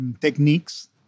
techniques